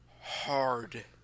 hard